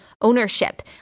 ownership